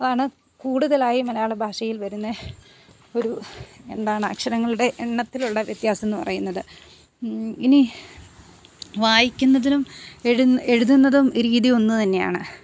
അതാണ് കൂടുതലായി മലയാള ഭാഷയിൽ വരുന്ന ഒരു എന്താണ് അക്ഷരങ്ങളുടെ എണ്ണത്തിലുള്ള വ്യത്യാസം എന്ന് പറയുന്നത് ഇനി വായിക്കുന്നതിനും എഴുതുന്നതും രീതി ഒന്ന് തന്നെയാണ്